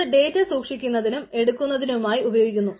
അത് ഡേറ്റ സൂക്ഷിക്കുന്നതിനും എടുക്കുന്നതിനുമായി ഉപയോഗിക്കുന്നു